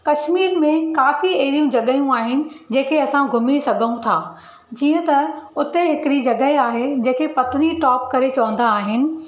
कशमीर में काफ़ी अहिड़ियूं जॻहियूं आहिनि जेके असां घुमी सघऊं था जीअं त उते हिकिड़ी जॻहि आहे जंहिं खे पटनी टोप करे चवंदा आहिनि